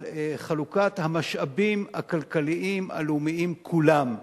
על חלוקת המשאבים הכלכליים הלאומיים כולם.